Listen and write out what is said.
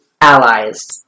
allies